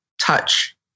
touch